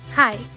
Hi